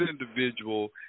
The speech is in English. individual